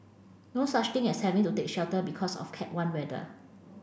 no such thing as having to take shelter because of cat one weather